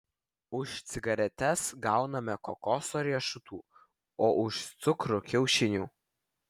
už cigaretes gauname kokoso riešutų o už cukrų kiaušinių